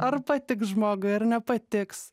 ar patiks žmogui ar nepatiks